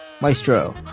maestro